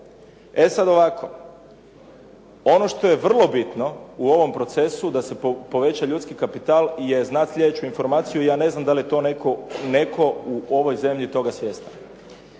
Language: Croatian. E sad ovako, ono što je vrlo bitno u ovom procesu da se poveća ljudski kapital je znati sljedeću informaciju. Ja ne znam da li je to netko u ovoj zemlji toga svjestan.